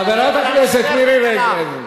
חברת הכנסת מירי רגב,